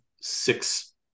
six